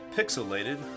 Pixelated